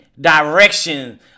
direction